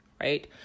Right